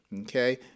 okay